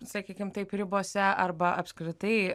sakykim taip ribose arba apskritai